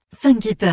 Funky